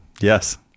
Yes